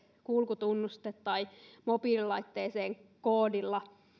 kulkutunniste tai mobiililaitteeseen koodata